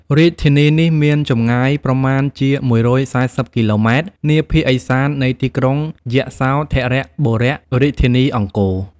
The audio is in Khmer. រាជធានីនេះមានចម្ងាយប្រមាណជា ១៤០ គីឡូម៉ែត្រ នាភាគឦសាននៃទីក្រុងយសោធរបុរៈ (រាជធានីអង្គរ)។